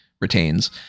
retains